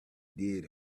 did